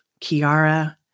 Kiara